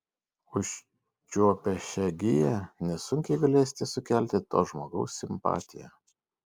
užčiuopę šią giją nesunkiai galėsite sukelti to žmogaus simpatiją